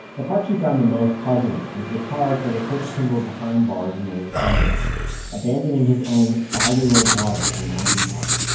the part she found the most puzzling was the charge that had put kimball behind bars in the late eighty s abandoning his own five year old daughter at an ah rv park.